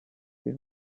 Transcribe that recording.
been